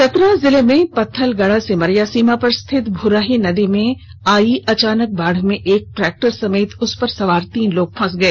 चतरा जिले के पत्थलगड़ा सिमरिया सीमा पर स्थित भूराही नदी में आई अचानक बाढ़ में एक ट्रैक्टर समेत उसपर सवार तीन लोग फंस गए